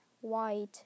white